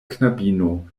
knabino